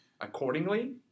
accordingly